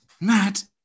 Matt